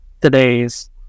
today's